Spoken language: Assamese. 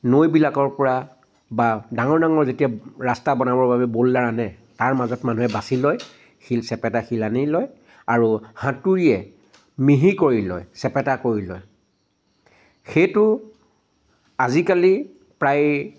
নৈবিলাকৰ পৰা বা ডাঙৰ ডাঙৰ যেতিয়া ৰাস্তা বনাবৰ বাবে ব'ল্ডাৰ আনে তাৰ মাজত মানুহে বাচি লয় শিল চেপেতা শিল আনি লয় আৰু হাতুৰিয়ে মিহি কৰি লয় চেপেতা কৰি লয় সেইটো আজিকালি প্ৰায়